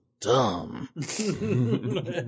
dumb